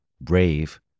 BRAVE